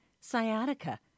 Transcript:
sciatica